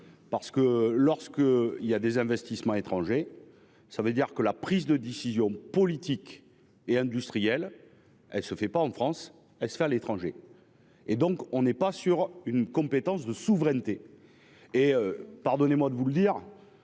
parce que lorsque il y a des investissements étrangers. Ça veut dire que la prise de décisions politiques et industriels. Elle se fait pas en France elle se fait à l'étranger. Et donc on n'est pas sur une compétence de souveraineté et pardonnez-moi de vous le dire.